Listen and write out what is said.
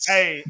Hey